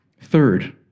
Third